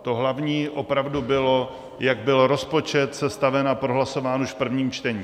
To hlavní opravdu bylo, jak byl rozpočet sestaven a prohlasován už v prvním čtení.